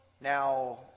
Now